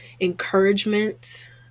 encouragement